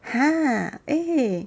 !huh! eh